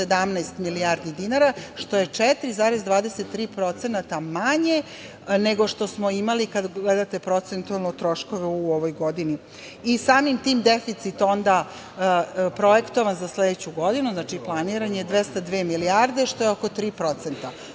1.717 milijardi dinara, što je 4,23% manje nego što smo imali kada gledate procentualno troškove u ovoj godini. Samim tim deficit onda projektovan za sledeću godinu, planiran je 202 milijarde, što je oko 3%.Ono